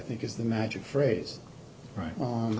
think is the magic phrase right